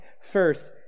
First